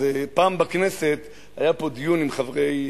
פעם היה פה בכנסת דיון עם חברי,